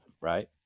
right